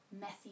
messy